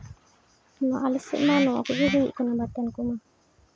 ᱱᱚᱣᱟ ᱟᱞᱮ ᱥᱮᱫ ᱢᱟ ᱱᱚᱣᱟ ᱠᱚᱜᱮ ᱦᱩᱭᱩᱜ ᱠᱟᱱᱟ ᱵᱟᱛᱟᱱ ᱠᱚᱢᱟ